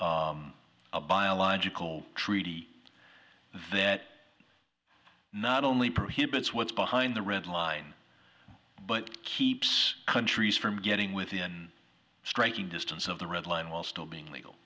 have a biological treaty that not only prohibits what's behind the red line but keeps countries from getting within striking distance of the red line while still being legal